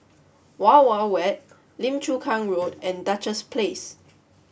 Wild Wild Wet Lim Chu Kang Road and Duchess Place